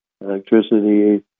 electricity